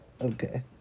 okay